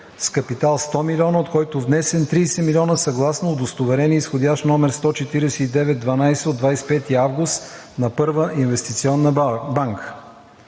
с капитал 100 милиона, от който внесен 30 милиона, съгласно Удостоверение с изходящ № 14912 от 25 август на Първа инвестиционна банка.